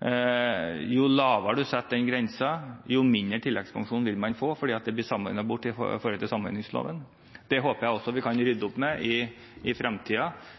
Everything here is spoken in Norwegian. Jo lavere den grensen settes, jo mindre tilleggspensjon vil man få, fordi det blir samordnet bort, med tanke på samordningsloven. Det håper jeg vi i fremtiden kan rydde opp i, når vi nå er i gang med – skal i